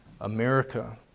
America